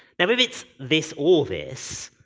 now if it's this or this,